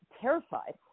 terrified